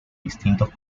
distintos